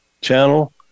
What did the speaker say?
channel